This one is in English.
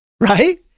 right